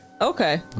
okay